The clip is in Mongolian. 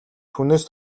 хүнээс